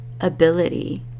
ability